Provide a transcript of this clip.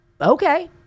okay